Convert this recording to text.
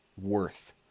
worth